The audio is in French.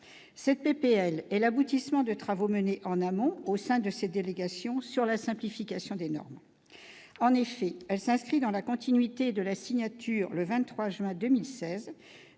cette PPL est l'aboutissement de travaux menés en amont au sein de cette délégation sur la simplification des normes, en effet, elle s'inscrit dans la continuité de la signature, le 23 juin 2016